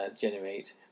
generate